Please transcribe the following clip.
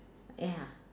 ya